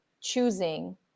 choosing